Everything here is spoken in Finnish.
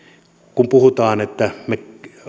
kun puhutaan että me